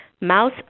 mouse